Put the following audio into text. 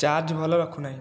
charge ଭଲ ରଖୁନାହିଁ